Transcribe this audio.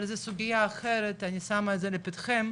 אבל זה סוגיה אחת אני שמה את זה לפתחם,